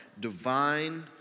divine